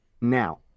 now